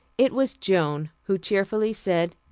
it was joan who cheerfully said,